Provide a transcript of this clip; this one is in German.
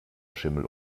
schimmel